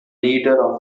leader